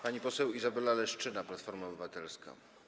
Pani poseł Izabela Leszczyna, Platforma Obywatelska.